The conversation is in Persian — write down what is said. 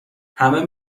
همه